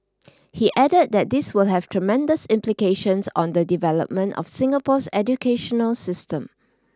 he added that this will have tremendous implications on the development of Singapore's educational system